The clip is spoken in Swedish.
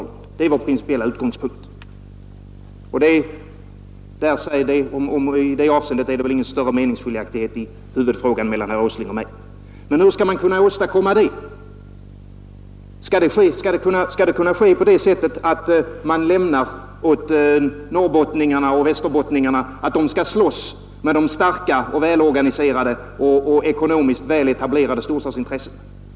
I fråga om den principiella utgångspunkten är det väl ingen meningsskiljaktighet mellan herr Åsling och mig. Men hur skall man kunna åstadkomma detta? Skall det kunna ske på det sättet att man lämnar åt norrbottningarna och västerbottningarna att slåss med de starka, välorganiserade och ekonomiskt väletablerade storstadsintressena?